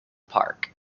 park